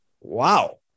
wow